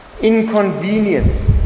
inconvenience